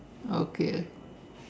okay okay